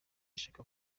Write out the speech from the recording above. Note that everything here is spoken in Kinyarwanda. ishaka